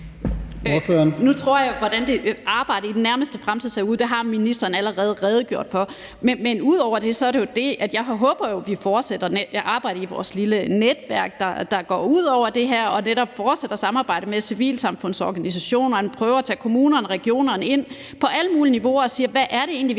for, hvordan det arbejde skal se ud i den nærmeste fremtid. Men ud over det håber jeg jo, at vi fortsætter arbejdet i vores lille netværk, der rækker ud over det her, og netop fortsætter samarbejdet med civilsamfundsorganisationerne og prøver at inddrage kommunerne og også regionerne på alle mulige niveauer og sige: Hvad er det egentlig, vi kan gøre